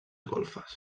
golfes